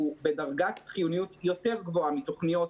הוא בדרגת חיוניות גבוהה יותר מתוכניות